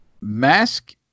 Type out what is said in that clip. mask